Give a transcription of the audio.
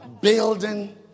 building